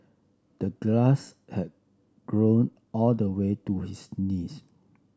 the grass had grown all the way to his knees